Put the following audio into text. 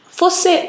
fosse